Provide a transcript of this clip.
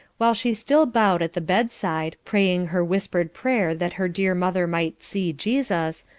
while she still bowed at the bedside, praying her whispered prayer that her dear mother might see jesus,